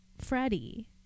Freddie